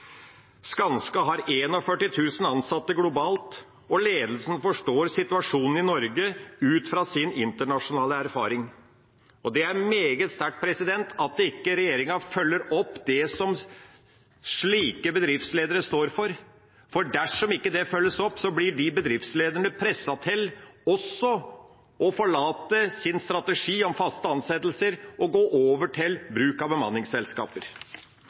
Skanska har 41 000 ansatte globalt, og ledelsen forstår situasjonen i Norge ut fra sin internasjonale erfaring. Det er meget sterkt at regjeringa ikke følger opp det som slike bedriftsledere står for. Dersom det ikke følges opp, blir også disse bedriftslederne presset til å forlate sin strategi om faste ansettelser og gå over til bruk av bemanningsselskaper.